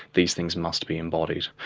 these things must be embodied.